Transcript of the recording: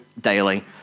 daily